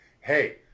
hey